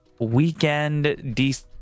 weekend